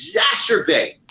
exacerbate